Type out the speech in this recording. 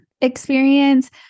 experience